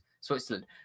Switzerland